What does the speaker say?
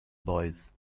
boys